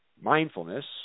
mindfulness